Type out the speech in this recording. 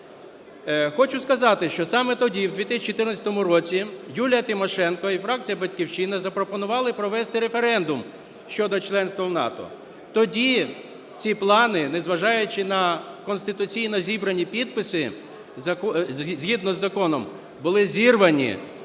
Хочу сказати, що саме тоді, в 2014 році, Юлія Тимошенко і фракція "Батьківщина" запропонували провести референдум щодо членства в НАТО. Тоді ці плани, незважаючи на конституційно зібрані підписи, згідно з законом, були зірвані